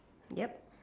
yup